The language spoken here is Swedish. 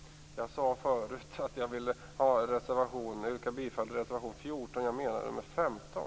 Jag sade tidigare att jag ville yrka bifall till reservation 14. Jag menade nr 15.